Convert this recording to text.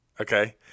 Okay